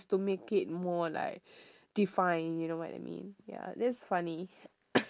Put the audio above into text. to make it more like define you know what I mean ya that's funny